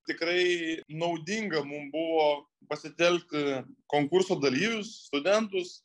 tikrai naudinga mum buvo pasitelkti konkurso dalyvius studentus